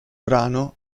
brano